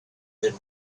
than